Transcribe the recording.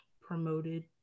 promoted